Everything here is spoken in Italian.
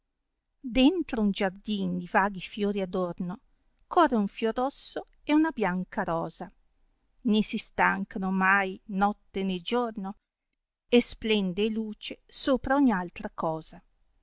dentro un giardin di vaghi fiori adorno corre un fior rosso e una bianca rosa né si stancano mai notte né giorno e splende e luce sopra a ogn altra cosa